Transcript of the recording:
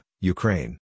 Ukraine